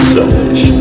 selfish